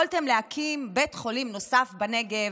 יכולתם להקים בית חולים נוסף בנגב,